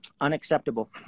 Unacceptable